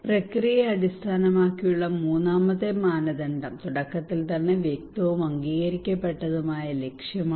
പ്രക്രിയയെ അടിസ്ഥാനമാക്കിയുള്ള മൂന്നാമത്തെ മാനദണ്ഡം തുടക്കത്തിൽ തന്നെ വ്യക്തവും അംഗീകരിക്കപ്പെട്ടതുമായ ലക്ഷ്യമാണ്